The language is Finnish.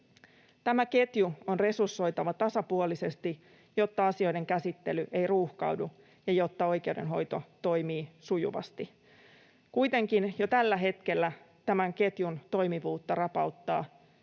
Tämä ketju on resursoitava tasapuolisesti, jotta asioiden käsittely ei ruuhkaudu ja jotta oikeudenhoito toimii sujuvasti. Kuitenkin jo tällä hetkellä tämän ketjun toimivuutta rapauttaa